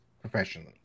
professionally